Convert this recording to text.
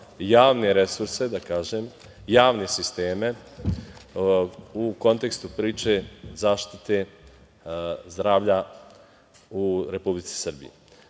javne resurse, javne sisteme, u kontekstu priče zaštite zdravlja u Republici Srbiji.